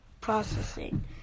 processing